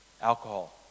alcohol